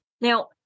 Now